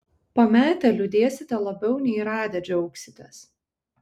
pametę liūdėsite labiau nei radę džiaugsitės